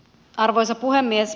arvoisa puhemies